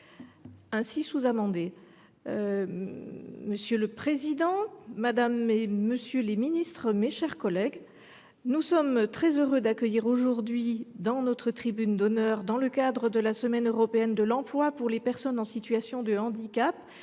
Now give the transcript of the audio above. ainsi sous amendé.